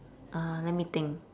uh let me think